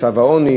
את מצב העוני.